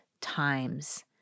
times